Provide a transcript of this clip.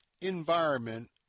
environment